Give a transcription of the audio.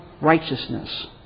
righteousness